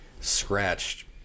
scratched